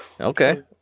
Okay